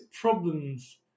problems